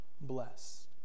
bless